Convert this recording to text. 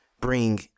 bring